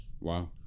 Wow